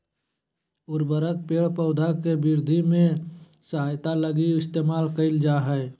उर्वरक पेड़ पौधा के वृद्धि में सहायता लगी इस्तेमाल कइल जा हइ